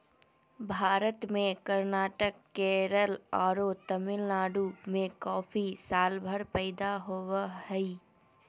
भारत में कर्नाटक, केरल आरो तमिलनाडु में कॉफी सालभर पैदा होवअ हई